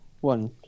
one